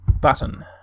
button